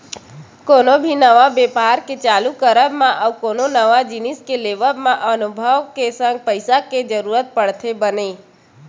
कोनो भी नवा बेपार के चालू करब मा अउ कोनो नवा जिनिस के लेवब म अनभव के संग पइसा के जरुरत पड़थे बने